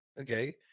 okay